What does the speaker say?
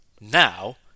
Now